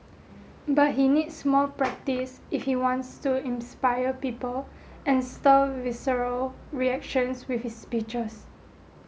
but he needs more practise if he wants to inspire people and stir visceral reactions with his speeches